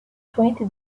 twenty